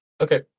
Okay